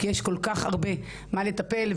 כי יש כל כך הרבה במה לטפל.